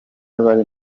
bari